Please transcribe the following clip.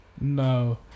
No